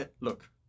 look